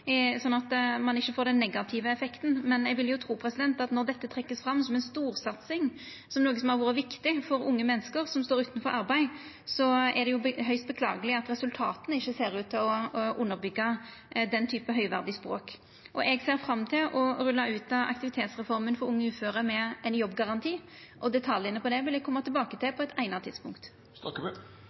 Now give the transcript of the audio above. at me heller ikkje finn det motsette – så ein får ingen negativ effekt. Men eg vil tru at når dette vert trekt fram som ei storsatsing, som noko som har vore viktig for unge menneske som står utanfor arbeidslivet, er det høgst beklageleg at resultata ikkje ser ut til å byggja opp under slikt høgverdig språk. Eg ser fram til å rulla ut aktivitetsreforma for unge uføre med ein jobbgaranti, og detaljane på det vil eg koma tilbake til på eit